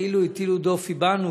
וגם את הפעילות של הבורסה.